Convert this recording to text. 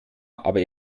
aber